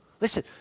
Listen